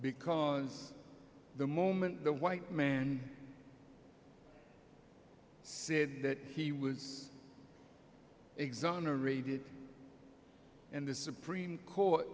because the moment the white man said that he was exonerated and the supreme court